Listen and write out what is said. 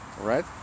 right